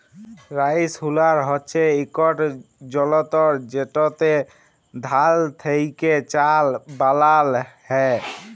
rice huller হছে ইকট যলতর যেটতে ধাল থ্যাকে চাল বালাল হ্যয়